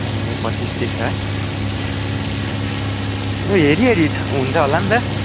ए पच्चिस तिस है हेरी हेरी हुन्छ होलान्त